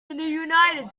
united